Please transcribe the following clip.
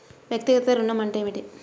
వ్యక్తిగత ఋణం అంటే ఏమిటి?